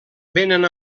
venen